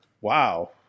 Wow